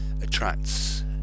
attracts